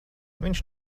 viņš